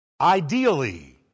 ideally